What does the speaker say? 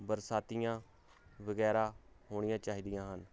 ਬਰਸਾਤੀਆਂ ਵਗੈਰਾ ਹੋਣੀਆਂ ਚਾਹੀਦੀਆਂ ਹਨ